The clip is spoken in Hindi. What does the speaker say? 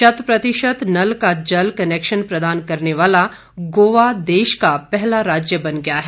शत प्रतिशत नल का जल कनेक्शन प्रदान करने वाला गोवा देश का पहला राज्य बन गया है